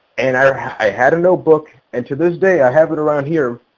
and i i had a notebook and to this day i have it around here.